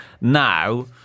now